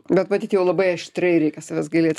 bet matyt jau labai aštriai reikia savęs gailėti